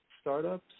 startups